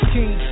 King